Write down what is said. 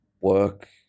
work